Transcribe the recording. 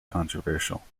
controversial